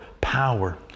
power